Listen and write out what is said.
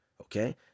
Okay